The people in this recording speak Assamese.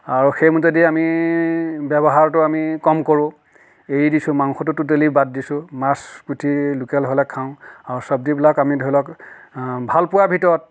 আৰু সেই আমি ব্যৱহাৰটো আমি কম কৰোঁ এৰি দিছোঁ মাংসটো টোটেলি বাদ দিছোঁ মাছ পুঠি লোকেল হ'লে খাওঁ আৰু চব্জিবিলাক আমি ধৰি লওক ভালপোৱা ভিতৰত